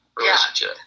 relationship